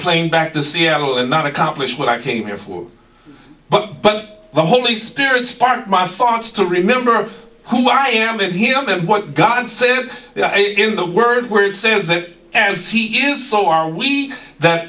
plane back to seattle and not accomplish what i came here for but but the holy spirit sparked my thoughts to remember who i am in here on what god saying in the word where it says that as he is so are we that